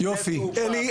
בשדה תעופה,